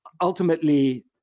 ultimately